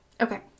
Okay